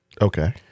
Okay